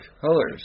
colors